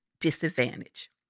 disadvantage